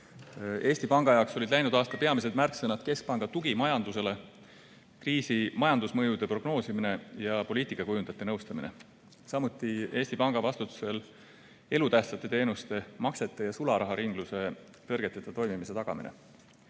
Eesti Panga jaoks olid läinud aasta peamised märksõnad keskpanga tugi majandusele, kriisi majandusmõjude prognoosimine ja poliitikakujundajate nõustamine, samuti Eesti Panga vastutusel elutähtsate teenuste, maksete ja sularaharingluse tõrgeteta toimimise tagamine.